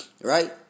right